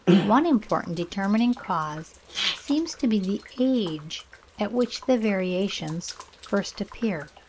one important determining cause seems to be the age at which the variations first appear.